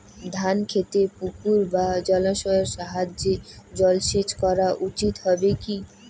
ধান খেতে পুকুর বা জলাশয়ের সাহায্যে জলসেচ করা উচিৎ হবে কি?